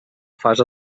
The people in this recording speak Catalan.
fase